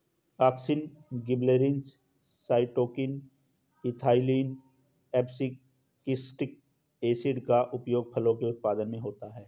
auxin, gibberellins, cytokinin, ethylene, abscisic acid का उपयोग फलों के उत्पादन में होता है